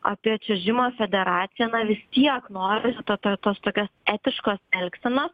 apie čiuožimo federaciją na vis tiek norisi to to ir tos tokios etiškos elgsenos